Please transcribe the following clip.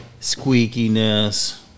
Squeakiness